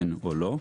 כן/לא.